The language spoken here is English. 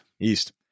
East